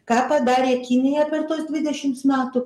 ką padarė kinija per tuos dvidešims metų